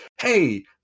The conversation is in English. hey